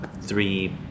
three